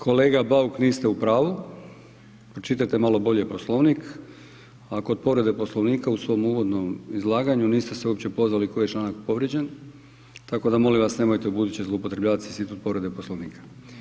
Kolega Bauk niste u pravu, čitajte malo bolje Poslovnik, a kod povrede Poslovnika u svom uvodnom izlaganju niste se uopće pozvali koji je članak povrijeđen, tako da molim vas nemojte ubuduće zloupotrebljavati institut povrede Poslovnika.